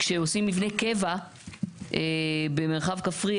כשעושים מבני קבע במרחב כפרי,